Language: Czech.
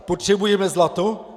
Potřebujeme zlato?